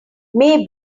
maybe